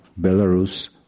Belarus